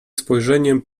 spojrzeniem